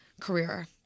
career